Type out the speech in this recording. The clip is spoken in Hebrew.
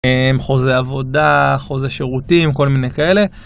חוזה עבודה חוזה שירותים כל מיני כאלה.